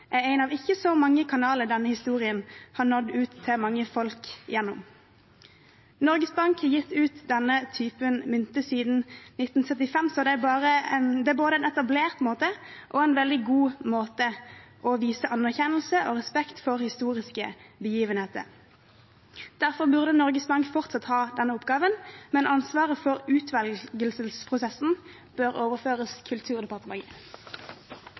er én av ikke så mange kanaler denne historien har nådd ut til mange folk gjennom. Norges Bank har gitt ut denne typen mynter siden 1975, så det er både en etablert og veldig god måte å vise anerkjennelse og respekt for historiske begivenheter på. Derfor bør Norges Bank fortsatt ha denne oppgaven, men ansvaret for utvelgelsesprosessen bør overføres til Kulturdepartementet.